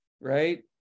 right